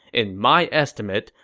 in my estimate,